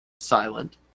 silent